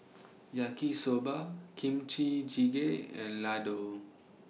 Yaki Soba Kimchi Jjigae and Ladoo